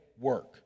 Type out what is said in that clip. work